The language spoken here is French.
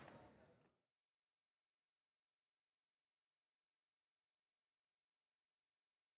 Merci